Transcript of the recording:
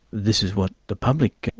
this is what the public,